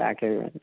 బ్లాకే ఇవ్వండి